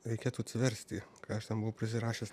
reikėtų atsiversti ką aš ten buvau prisirašęs